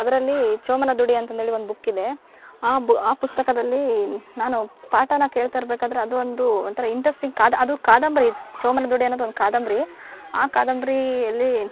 ಅದರಲ್ಲಿ ಚೋಮನದುಡಿ ಅಂತಂದ್ಹೇಳಿ ಒಂದು ಬುಕ್ ಇದೆ ಆ ಬು ಆ ಪುಸ್ತಕದಲ್ಲಿ ನಾನು ಪಾಠನ ಕೇಳ್ತಾಯಿರ್ಬೇಕಾದರೆ ಅದು ಒಂದು ಒಂಥರ ಇಂಟ್ರೆಸ್ಟಿಂಗ್ ಕಾದ್ ಅದು ಕಾದಂಬರಿ ಚೋಮನದುಡಿ ಅನ್ನೋದು ಒಂದು ಕಾದಂಬರಿ ಆ ಕಾದಂಬರಿ ಅಲ್ಲಿ